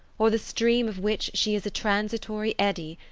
or the stream of which she is a transitory eddy,